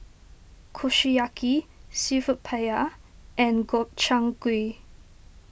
Kushiyaki Seafood Paella and Gobchang Gui